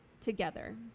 together